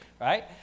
Right